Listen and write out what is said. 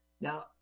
now